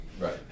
Right